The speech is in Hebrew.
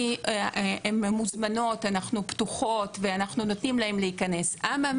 הן מוזמנות ואנחנו פתוחים ונותנים להן להיכנס ואין